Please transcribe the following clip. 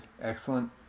Excellent